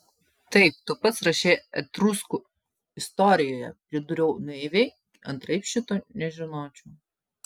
taip tu pats rašei etruskų istorijoje pridūriau naiviai antraip šito nežinočiau